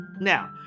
Now